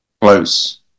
close